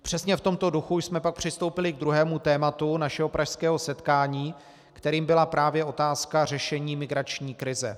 Přesně v tomto duchu jsme pak přistoupili k druhému tématu našeho pražského setkání, kterým byla právě otázka řešení migrační krize.